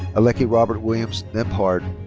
alecki robert williams-nembhard.